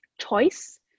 choice